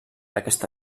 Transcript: aquesta